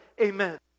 amen